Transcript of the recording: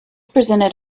presented